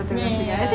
ya ya ya